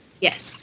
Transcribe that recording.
Yes